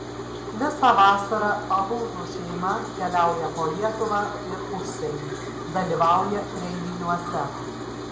visą vasarą alūzų šeima keliauja po lietuvą ir užsienį dalyvauja renginiuose